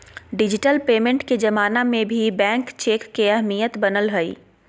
digital payment के जमाना में भी बैंक चेक के अहमियत बनल हइ